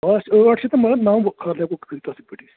اسہِ ٲٹھ چھِ تہٕ مگر نَو ہیکو کھ کھٲلِتھ اصٕل پٲٹھۍ